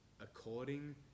according